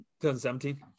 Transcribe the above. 2017